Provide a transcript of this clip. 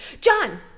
John